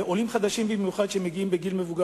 ובפרט עולים חדשים שמגיעים לארץ בגיל מבוגר.